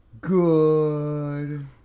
Good